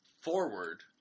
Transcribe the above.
forward